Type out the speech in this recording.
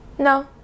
No